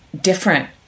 different